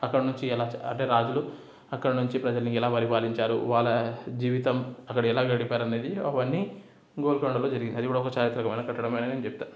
అక్కడ నుంచి ఎలా చ అంటే రాజులు అక్కడ నుంచి ప్రజలని ఎలా పరిపాలించారు వాళ్ళ జీవితం అక్కడ ఎలా గడిపారు అనేది అవన్నీ గోల్కొండలో జరిగింది అది కూడా ఒక చారిత్రాత్మకమైన కట్టడమే అని నేను చెప్తాను